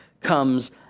comes